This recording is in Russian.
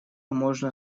можно